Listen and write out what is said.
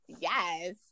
Yes